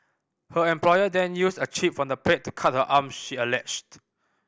her employer then used a chip from the plate to cut her arms she alleged